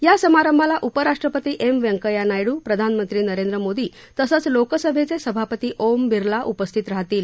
या समारंभाला उपराष्ट्रपती एम व्यंकय्या नायडू प्रधानमंत्री नरेंद्र मोदी तसंच लोकसभेचे सभापती ओम बिर्ला उपस्थित राहतील